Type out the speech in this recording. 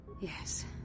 Yes